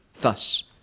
thus